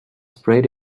sprayed